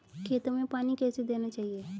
खेतों में पानी कैसे देना चाहिए?